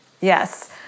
Yes